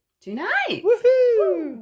tonight